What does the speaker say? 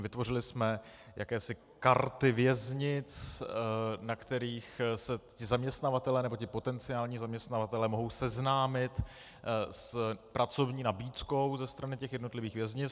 Vytvořili jsme jakési karty věznic, na kterých se zaměstnavatelé, nebo ti potenciální zaměstnavatelé, mohou seznámit s pracovní nabídkou ze strany těch jednotlivých věznic.